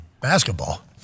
Basketball